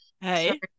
Hey